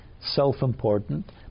self-important